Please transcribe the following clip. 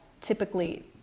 typically